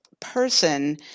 person